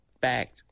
back